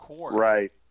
right